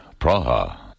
Praha